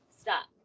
Stop